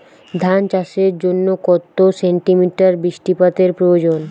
ধান চাষের জন্য কত সেন্টিমিটার বৃষ্টিপাতের প্রয়োজন?